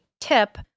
tip